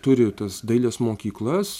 turi tas dailės mokyklas